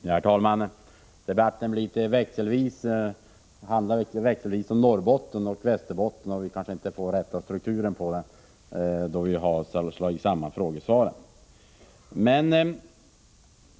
Herr talman! Debatten handlar växelvis om Norrbotten och Västerbotten och får kanske inte den rätta strukturen, då arbetsmarknadsministern har slagit samman frågesvaren.